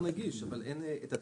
האתר נגיש, אבל אין תצהיר.